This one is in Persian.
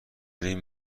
این